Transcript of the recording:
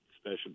special